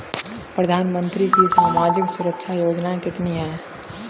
प्रधानमंत्री की सामाजिक सुरक्षा योजनाएँ कितनी हैं?